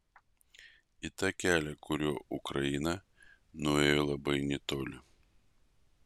į tą kelią kuriuo ukraina nuėjo labai netoli